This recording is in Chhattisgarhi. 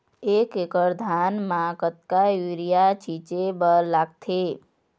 एक एकड़ धान म कतका यूरिया छींचे बर लगथे?